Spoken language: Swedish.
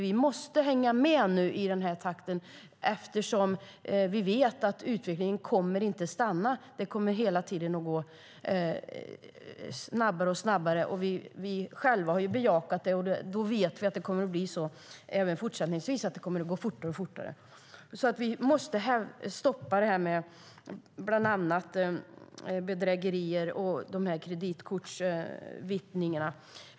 Vi måste hänga med i den här takten, eftersom vi vet att utvecklingen inte kommer att stanna. Det kommer hela tiden att gå snabbare och snabbare. Vi har själva bejakat det. Då vet vi att det kommer att bli så även fortsättningsvis. Det kommer att gå fortare och fortare. Vi måste därför stoppa dessa bedrägerier och kreditkortsvittjningar.